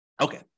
Okay